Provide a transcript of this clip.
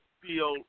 feel